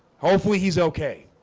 hopefully he's okay